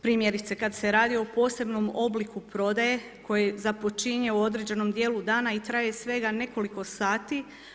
Primjerice kada se radi o posebnom obliku prodaje koji započinje u određenom dijelu dana i traje svega nekoliko sati.